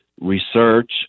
research